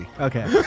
Okay